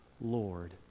Lord